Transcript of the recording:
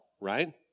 right